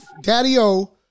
Daddy-O